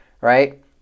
right